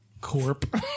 Corp